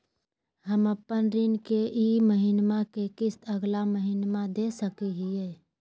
हम अपन ऋण के ई महीना के किस्त अगला महीना दे सकी हियई?